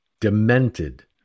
demented